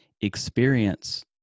experience